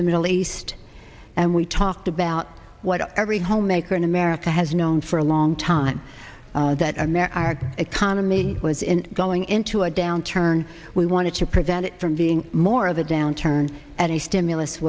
the middle east and we talked about what every homemaker in america has known for a long time that america our economy was in going into a downturn we wanted to prevent it from being more of a downturn and the stimulus